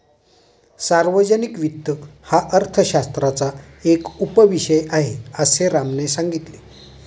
सार्वजनिक वित्त हा अर्थशास्त्राचा एक उपविषय आहे, असे रामने सांगितले